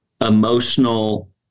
emotional